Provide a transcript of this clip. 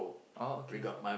oh okay K